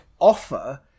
offer